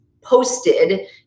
posted